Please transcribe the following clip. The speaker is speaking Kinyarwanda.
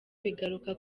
bigaruka